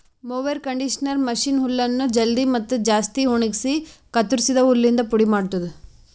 mower conditioner machine ಹುಲ್ಲನ್ನು ಜಲ್ದಿ ಮತ್ತ ಜಾಸ್ತಿ ಒಣಗುಸಿ ಕತ್ತುರಸಿದ ಹುಲ್ಲಿಂದ ಪುಡಿ ಮಾಡ್ತುದ